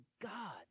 god